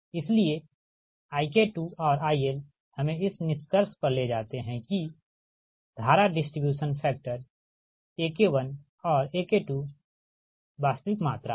इसलिए IK2 और IL हमें इस निष्कर्ष पर ले जाते हैं कि धारा डिस्ट्रीब्यूशन फैक्टर AK1 और AK2 वास्तविक मात्रा है